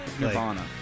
Nirvana